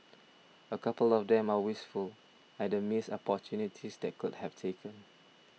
a couple of them are wistful at the missed opportunities that they could have taken